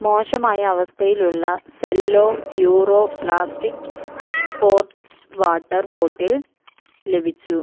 മോശമായ അവസ്ഥയിലുള്ള Cello Puro plastic sports water bottle ലഭിച്ചു